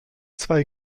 zwei